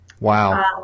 wow